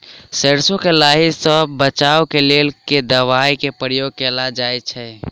सैरसो केँ लाही सऽ बचाब केँ लेल केँ दवाई केँ प्रयोग कैल जाएँ छैय?